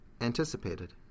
anticipated